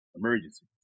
emergency